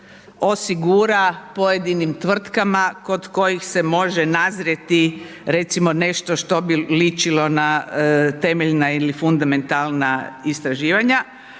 osigura pojedinim tvrtkama kod kojih se može nazrijeti recimo nešto što bi ličilo na temeljna ili fundamentalna istraživanja.